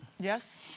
Yes